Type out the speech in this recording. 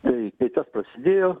tai kai tas prasidėjo